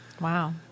Wow